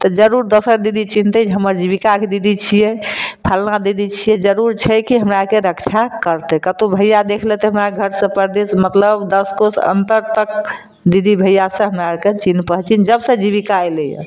तऽ जरूर दोसर दीदी चिन्हतै जे हमर जीबिकाके दीदी छियै फलना दीदी छियै जरूर छै कि हमरा आरके रक्षा करतै कतहुँ भैया देखि लेतै हमरा घर सबके दिस मतलब दश कोस अंतर तक दीदी भैया सब हमरा आरके चिन्ह पहचान जब से जीबिका अयलै यऽ